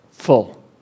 full